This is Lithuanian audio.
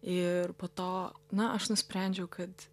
ir po to na aš nusprendžiau kad